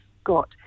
Scott